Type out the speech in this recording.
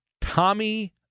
Tommy